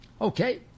Okay